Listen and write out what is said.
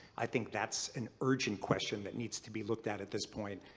i think that's an urgent question that needs to be looked at at this point,